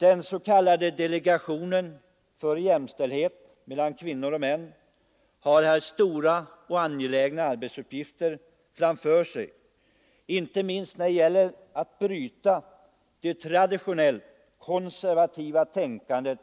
Den s.k. delegationen för jämställdhet mellan kvinnor och män har stora och angelägna arbetsuppgifter framför sig, inte minst när det gäller att bryta det traditionella, konservativa tänkandet